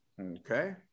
Okay